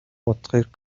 утгыг